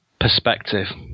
perspective